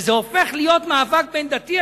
וזה הופך להיות מאבק בין-דתי.